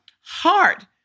heart